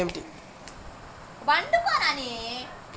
UPI ఉదాహరణ ఏమిటి?